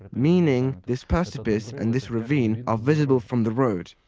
meaning, this precipice and this ravine are visible from the road.